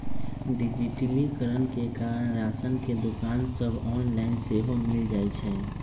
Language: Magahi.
डिजिटलीकरण के कारण राशन के दोकान सभ ऑनलाइन सेहो मिल जाइ छइ